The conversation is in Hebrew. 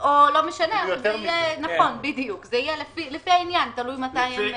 או לפי העניין.